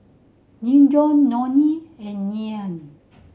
Dejon Nonie and Ryann